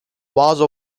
bazı